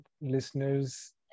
listeners